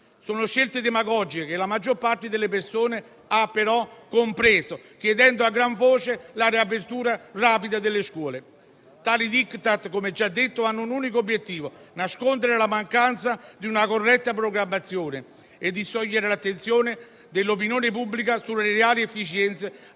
Sono scelte demagogiche che la maggior parte delle persone ha però compreso, chiedendo a gran voce la riapertura rapida delle scuole. Tali *Diktat*, come già detto, hanno un unico obiettivo: nascondere la mancanza di una corretta programmazione e distogliere l'attenzione dell'opinione pubblica dalle reali inefficienze